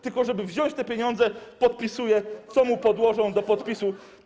Tylko po to, żeby wziąć te pieniądze, podpisuje, co mu podłożą do podpisu.